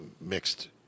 mixed